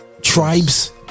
tribes